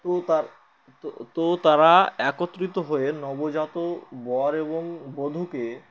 তো তার তো তো তারা একত্রিত হয়ে নব বর এবং বধূকে